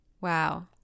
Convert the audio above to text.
Wow